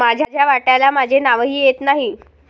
माझ्या वाट्याला माझे नावही येत नाही